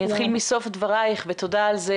אני אתחיל מסוף דברייך ותודה על זה,